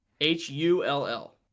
H-U-L-L